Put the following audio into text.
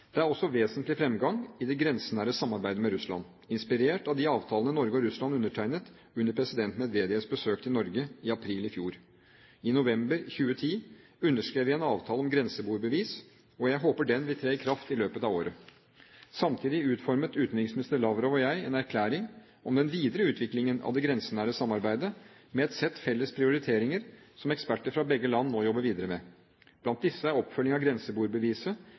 Det er også vesentlig fremgang i det grensenære samarbeidet med Russland, inspirert av de avtalene Norge og Russland undertegnet under president Medvedjevs besøk til Norge i april i fjor. I november 2010 underskrev vi en avtale om grenseboerbevis, og jeg håper den vil tre i kraft i løpet av året. Samtidig utformet utenriksminister Lavrov og jeg en erklæring om den videre utviklingen av det grensenære samarbeidet, med et sett felles prioriteringer, som eksperter fra begge land nå jobber videre med. Blant disse er oppfølgingen av